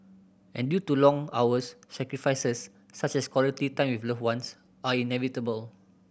and due to long hours sacrifices such as quality time with loved ones are inevitable